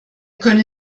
könne